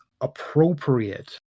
appropriate